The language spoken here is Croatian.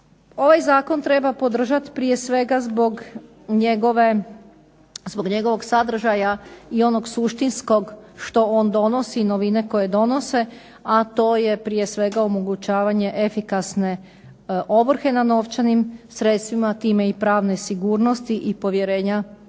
Ovaj zakon treba podržati prije svega zbog njegovog sadržaja i onog suštinskog što on donosi, novine koje donose, a to je prije svega omogućavanje efikasne ovrhe na novčanim sredstvima, a time i pravne sigurnosti i povjerenja građana